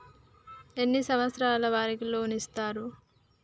ఎన్ని సంవత్సరాల వారికి లోన్ ఇస్తరు?